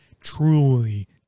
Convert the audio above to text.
truly